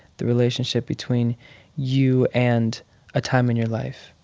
the relationship between you and a time in your life,